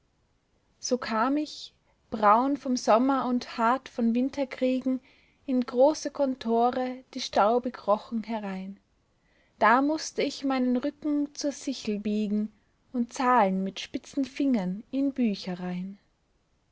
so kam ich braun vom sommer und hart von winterkriegen in große kontore die staubig rochen herein da mußte ich meinen rücken zur sichel biegen und zahlen mit spitzen fingern in